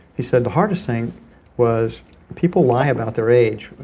he said the hardest thing was people lie about their age,